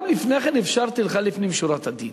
גם לפני כן אפשרתי לך לפנים משורת הדין,